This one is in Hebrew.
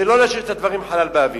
ולא להשאיר את הדברים בחלל האוויר.